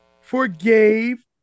forgave